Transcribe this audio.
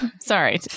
Sorry